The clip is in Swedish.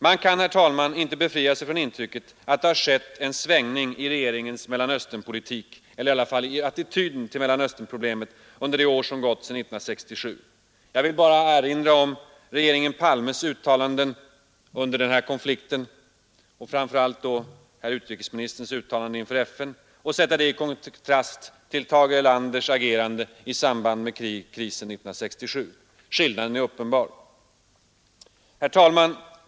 Man kan, herr talman, inte befria sig från intrycket att det har skett en svängning i regeringens Mellanösternpolitik, eller i alla fall i attityden till Mellanösternproblemet, under de år som gått sedan 1967. Jag vill bara erinra om regeringen Palmes uttalanden under den här konflikten — och då herr utrikesministerns uttalande inför FN — och sätta dem i kontrast till Tage Erlanders agerande i samband med krisen 1967. Skillnaden är uppenbar. Herr talman!